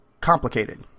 complicated